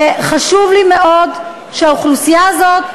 חשוב לי מאוד שהאוכלוסייה הזאת,